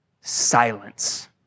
silence